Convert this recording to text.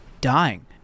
dying